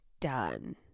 done